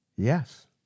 Yes